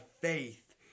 faith